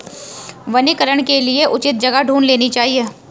वनीकरण के लिए उचित जगह ढूंढ लेनी चाहिए